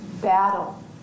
battle